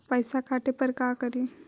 पैसा काटे पर का करि?